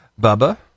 bubba